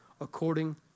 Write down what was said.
according